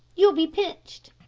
you'll be pinched.